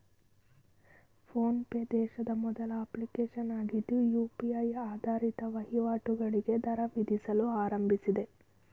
phone pay ದೇಶದ ಮೊದಲ application ಆಗಿದ್ದು ಯು.ಪಿ.ಐ ಆಧಾರಿತ ವಹಿವಾಟುಗಳಿಗೆ ದರ ವಿಧಿಸಲು ಆರಂಭಿಸಿದೆ